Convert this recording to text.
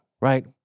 right